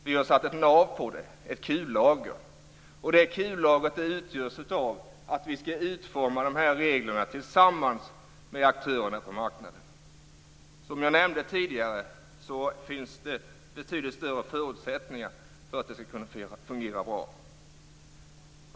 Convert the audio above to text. Vi har satt ett nav, ett kullager, på det, och det kullagret utgörs av att vi skall utforma de här reglerna tillsammans med aktörerna på marknaden. Som jag tidigare nämnde finns det betydligt större förutsättningar för att det skall kunna fungera bra.